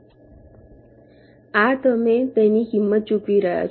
આ તમે તેની કિંમત ચૂકવી રહ્યા છો